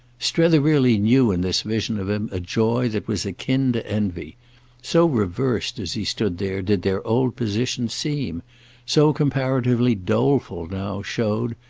strether really knew in this vision of him a joy that was akin to envy so reversed as he stood there did their old positions seem so comparatively doleful now showed,